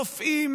רופאים,